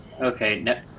Okay